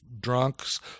drunks